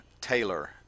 Taylor